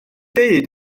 dweud